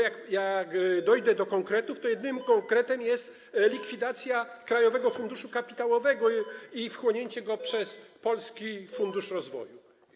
Jak dojdę do konkretów, to jedynym konkretem jest likwidacja Krajowego Funduszu Kapitałowego i wchłonięcie go przez Polski Fundusz Rozwoju.